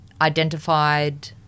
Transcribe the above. identified